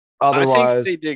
otherwise